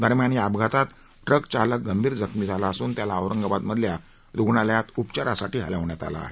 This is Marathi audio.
दरम्यान या अपघातात ट्रक चालक गंभीर जखमी झाला असून त्याला औरंगाबादमधल्या रुग्णालयात उपचारासाठी हलवण्यात आलं आहे